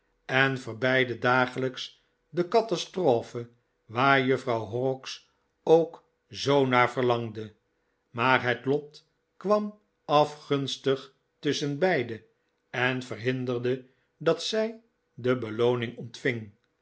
en verbeidden dagelijks de catastrophe waar juffrouw horrocks ook zoo naar verlangde maar het lot kwam afgunstig tusschen beide en verhinderde dat zij de belooning ontving